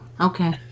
okay